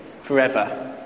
forever